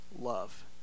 love